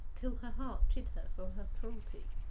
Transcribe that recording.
till her heart chid her for her cruelty.